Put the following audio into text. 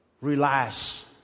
relax